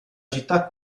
città